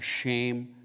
shame